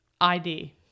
ID